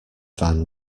van